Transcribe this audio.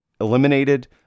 eliminated